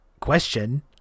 question